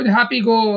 happy-go